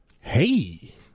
Hey